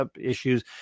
issues